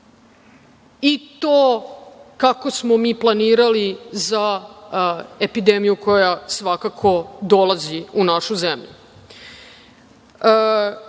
i to kako smo mi planirali za epidemiju koja svakako dolazi u našu zemlju. Hans